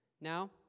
Now